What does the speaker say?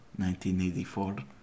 1984